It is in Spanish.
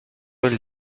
del